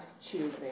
children